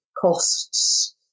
costs